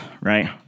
right